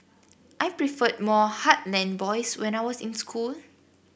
I preferred more heartland boys when I was in school